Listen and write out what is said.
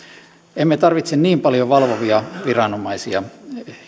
emme tarvitse niin paljon valvovia viranomaisia